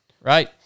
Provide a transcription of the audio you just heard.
right